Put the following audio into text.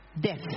Death